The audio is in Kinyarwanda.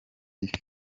iyi